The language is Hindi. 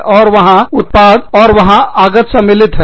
और वहां उत्पाद औरवहां आगत सम्मिलित है